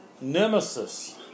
nemesis